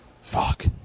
Fuck